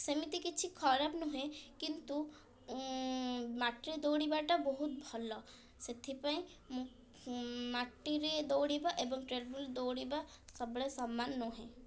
ସେମିତି କିଛି ଖରାପ ନୁହେଁ କିନ୍ତୁ ମାଟିରେ ଦୌଡ଼ିବାଟା ବହୁତ ଭଲ ସେଥିପାଇଁ ମାଟିରେ ଦୌଡ଼ିବା ଏବଂ ଦୌଡ଼ିବା ଟ୍ରେଡ଼ମିଲ୍ ସବୁବେଳେ ସମାନ ନୁହେଁ